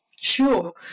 Sure